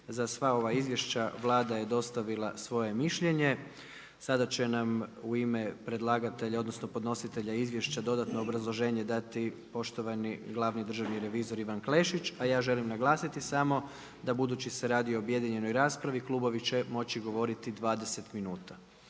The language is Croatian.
Za sva ova izvješća Vlada je dostavila svoje mišljenje. Sada će nam u ime predlagatelja, odnosno, podnositelja izvješća dodatno obrazloženje dati, poštovani glavni državni revizor Ivan Klešić, a ja želim naglasiti samo da budući da se radi o objedinjenoj raspravi, klubovi će moći govoriti 20 minuta.